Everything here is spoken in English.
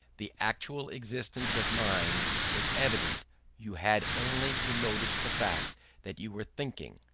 the actual existence of mind was evident you had only to notice the fact that you were thinking.